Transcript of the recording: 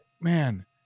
man